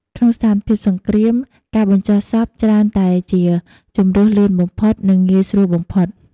ក្នុងស្ថានភាពសង្គ្រាម ការបញ្ចុះសពច្រើនតែជាជម្រើសលឿនបំផុត និងងាយស្រួលបំផុត។